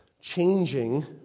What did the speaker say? changing